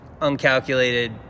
uncalculated